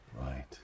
Right